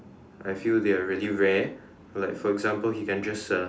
I feel they are really rare like for example he can just uh